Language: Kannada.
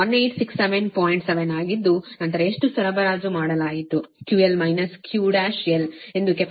7 ಆಗಿದ್ದು ನಂತರ ಎಷ್ಟು ಸರಬರಾಜು ಮಾಡಲಾಯಿತು QL QL1 ಎಂದು ಕೆಪಾಸಿಟರ್